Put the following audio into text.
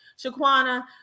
Shaquana